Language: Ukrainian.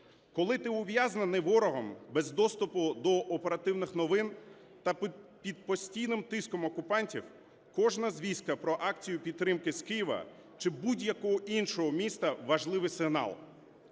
Коли ти ув'язнений ворогом без доступу до оперативних новин та під постійним тиском окупантів, кожна звістка про акцію підтримки з Києва чи будь-якого іншого міста – важливий сигнал,